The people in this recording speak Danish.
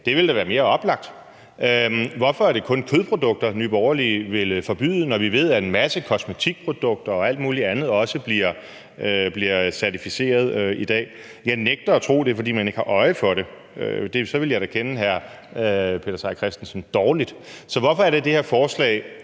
Det ville da være mere oplagt. Hvorfor er det kun kødprodukter, Nye Borgerlige vil forbyde, når vi ved, at en masse kosmetikprodukter og alt muligt andet også bliver certificeret i dag? Jeg nægter at tro, at det er, fordi man ikke har øje for det, for så ville jeg da kende hr. Peter Seier Christensen dårligt. Så hvorfor er det, at det her forslag